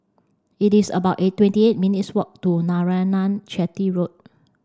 it is about eight twenty eight minutes walk to Narayanan Chetty Road